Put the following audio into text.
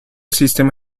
system